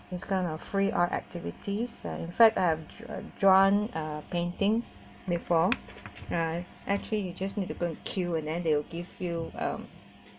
this kind of free art activities uh in fact have uh drawing uh painting uh before uh actually you just need to go and queue and then they'll give you